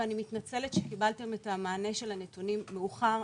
ואני מתנצלת שקיבלתם את המענה של הנתונים מאוחר.